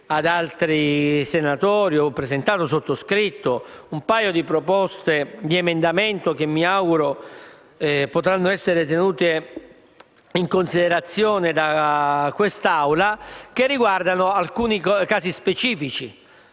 ad altri senatori ho sottoscritto un paio di proposte di emendamento che mi auguro possano essere tenute in considerazione da quest'Assemblea e che riguardano alcuni casi specifici.